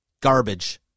garbage